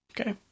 Okay